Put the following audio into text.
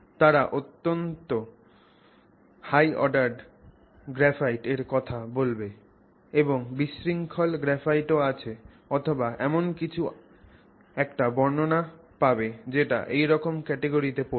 তারা অত্যন্ত শৃঙ্খলাবদ্ধ গ্রাফাইট এর কথা বলবে এবং বিশৃঙ্খল গ্রাফাইট ও আছে অথবা এমন কিছু একটা বর্ণনা পাবে যেটা এই রকম ক্যাটাগরি তে পড়বে